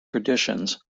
traditions